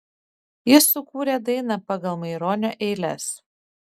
jis sukūrė dainą pagal maironio eiles